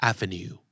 Avenue